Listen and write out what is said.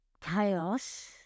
chaos